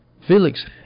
Felix